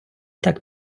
так